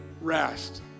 Rest